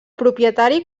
propietari